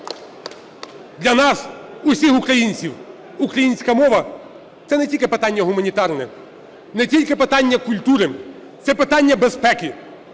Для нас, усіх українців, українська мова – це не тільки питання гуманітарне, не тільки питання культури, це питання безпеки,